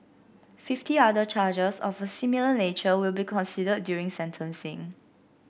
fifty other charges of a similar nature will be considered during sentencing